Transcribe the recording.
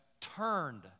turned